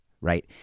right